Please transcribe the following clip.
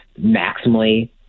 maximally